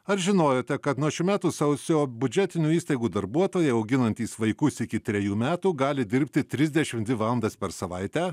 ar žinojote kad nuo šių metų sausio biudžetinių įstaigų darbuotojai auginantys vaikus iki trejų metų gali dirbti trisdešimt dvi valandas per savaitę